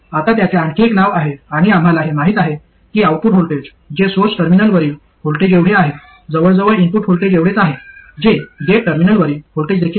आता त्याचे आणखी एक नाव आहे आणि आम्हाला हे माहित आहे की आउटपुट व्होल्टेज जे सोर्स टर्मिनलवरील व्होल्टेजएवढे आहे जवळजवळ इनपुट व्होल्टेज एवढेच आहे जे गेट टर्मिनलवरील व्होल्टेज देखील आहे